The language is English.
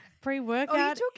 Pre-workout